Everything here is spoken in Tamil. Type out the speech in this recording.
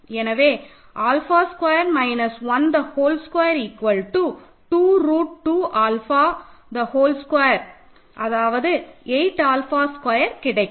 எனவே alpha square minus 1 whole square 2 root 2 alpha whole square அதாவது 8 ஆல்ஃபா ஸ்கொயர் கிடைக்கும்